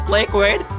Liquid